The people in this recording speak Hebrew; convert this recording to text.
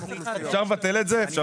אפשר לבטל את זה.